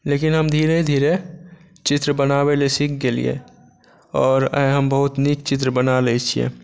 लेकिन हम धीरे धीरे चित्र बनाबै ले सीख गेलियै आओर आइ हम बहुत नीक चित्र बना लै छियै